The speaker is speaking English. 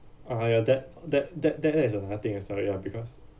(uh huh) ya that that that that that is another thing ah sorry ah because